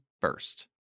first